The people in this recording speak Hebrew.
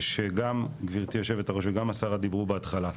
שגם גבירתי יושבת הראש וגם השרה דיברו בהתחלה,